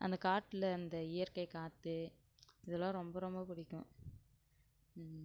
அந்தக் காட்டில் அந்த இயற்கை காற்று இதலாம் ரொம்ப ரொம்ப பிடிக்கும்